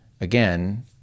again